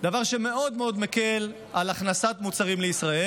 זה דבר שמאוד מאוד מקל על הכנסת מוצרים לישראל